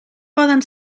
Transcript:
poden